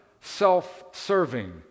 self-serving